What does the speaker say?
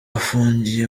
afungiye